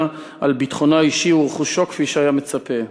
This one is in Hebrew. על ביטחונו האישי ורכושו כפי שהיה מצופה.